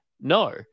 No